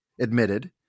admitted